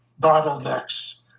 bottlenecks